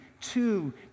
two